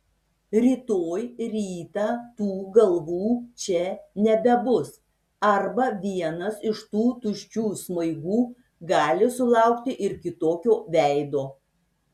rytoj rytą tų galvų čia nebebus arba vienas iš tų tuščių smaigų gali sulaukti ir kitokio veido